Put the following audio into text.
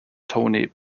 toni